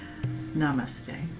Namaste